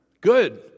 Good